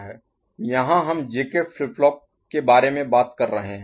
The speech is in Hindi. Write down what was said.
यहां हम JK फ्लिप फ्लॉप के बारे में बात कर रहे हैं